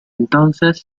entonces